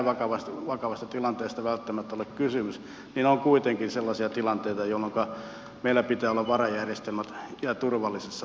vaikkei näin vakavasta tilanteesta välttämättä ole kysymys on kuitenkin sellaisia tilanteita jolloinka meillä pitää olla varajärjestelmät turvallisessa paikassa